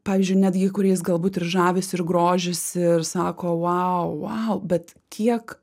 pavyzdžiui netgi kuriais galbūt ir žavisi ir grožisi ir sako vau vau bet kiek